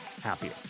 happier